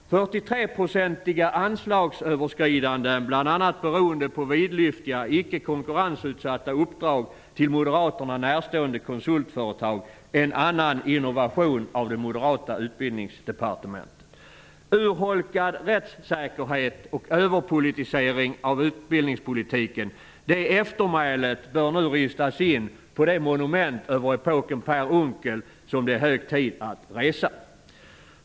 43-procentiga anslagsöverskridanden, bl.a. beroende på vidlyftiga, icke konkurrensutsatta uppdrag till moderaterna närstående konsultföretag, är en annan innovation av det moderata utbildningsdepartementet. Urholkad rättssäkerhet och överpolitisering av utbildningspolitiken -- det eftermälet bör nu ristas in på det monument över epoken Per Unckel som det är hög tid att resa.